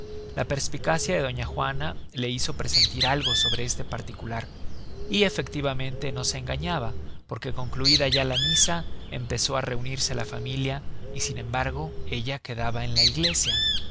la perspicacia de doña juana la hizo presentir algo sobre este particular y efectivamente no se engañaba porque concluida ya la misa empezó á reunirse la familia y sin embargo ella quedaba en la iglesia